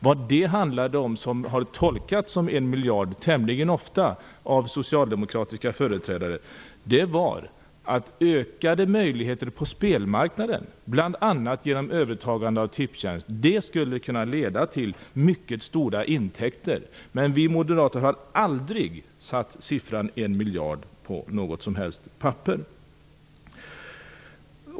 Vad det som av socialdemokratiska företrädare tämligen ofta har tolkats som en miljard handlar om var att ökade möjligheter på spelmarknaden, bl.a. genom övertagande av Tipstjänst, skulle kunna leda till mycket stora intäkter. Men vi moderater har aldrig satt beloppet 1 miljard på något som helst papper.